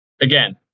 again